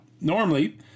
normally